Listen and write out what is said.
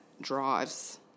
drives